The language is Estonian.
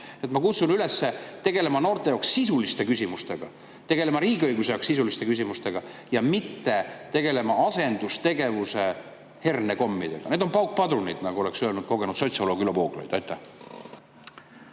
kutsun üles tegelema noorte jaoks sisuliste küsimustega, tegelema riigiõiguse jaoks sisuliste küsimustega ja mitte tegelema asendustegevusega, hernekommidega. Need on paukpadrunid, nagu oleks öelnud kogenud sotsioloog Ülo Vooglaid. Aitäh!